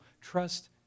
trust